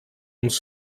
uns